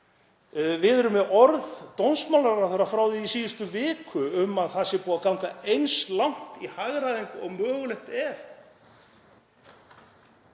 Við erum með orð dómsmálaráðherra frá því í síðustu viku um að það sé búið að ganga eins langt í hagræðingu og mögulegt er